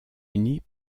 unis